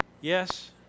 Yes